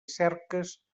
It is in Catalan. cerques